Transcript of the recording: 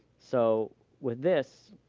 so with this,